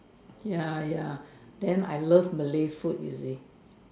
ya ya then I love Malay food you see